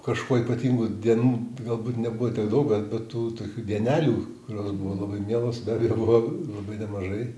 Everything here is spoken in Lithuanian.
kažkuo ypatingų dienų galbūt nebuvo tiek daug bet bet tų tokių dienelių kurios buvo labai mielos be abejo buvo labai nemažai